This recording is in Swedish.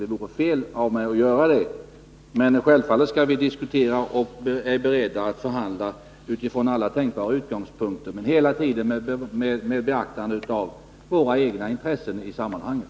Det vore fel av mig att göra det, men självfallet skall vi diskutera, och vi är beredda att förhandla utifrån alla tänkbara utgångspunkter, men hela tiden med beaktande av våra egna intressen i sammanhanget.